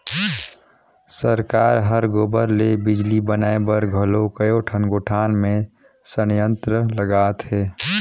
सरकार हर गोबर ले बिजली बनाए बर घलो कयोठन गोठान मे संयंत्र लगात हे